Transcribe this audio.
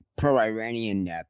pro-Iranian